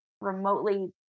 remotely